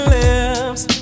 lips